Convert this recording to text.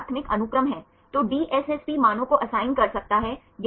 छात्र बड़ी मात्रा में डेटा बड़ी मात्रा में डेटा आप संभाल सकते हैं